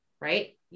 right